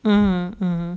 mm mm mm mm